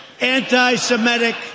anti-Semitic